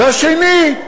והשני,